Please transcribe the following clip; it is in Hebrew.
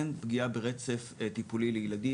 אין פגיעה ברצף טיפולי לילדים.